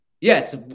Yes